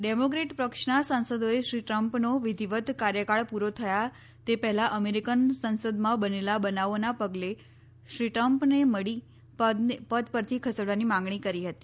Democrat પક્ષનાં સાંસદોએ શ્રી ટ્રમ્પનો વિધિવત ક્રાર્યકાળ પુરો થયા તે પહેલાં અમેરીકન સંસદમાં બનેલાં બનાવોનાં પગલે શ્રી ટ્રમ્પને પદ પરથી ખસેડવાની માંગણી કરી હતી